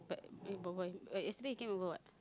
but eh but why but yesterday you came over what